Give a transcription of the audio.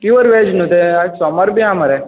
पिव्वर वॅज न्हय तें आयज सोमार बी आसा मरे